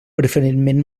preferentment